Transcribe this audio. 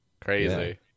Crazy